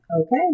Okay